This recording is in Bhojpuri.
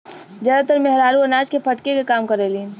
जादातर मेहरारू अनाज के फटके के काम करेलिन